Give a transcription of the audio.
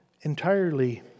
entirely